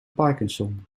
parkinson